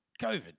COVID